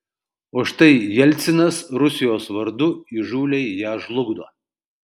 o štai jelcinas rusijos vardu įžūliai ją žlugdo